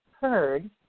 heard